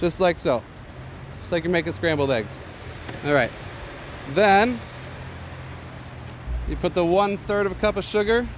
just like so they can make a scrambled eggs all right then you put the one third of a cup of sugar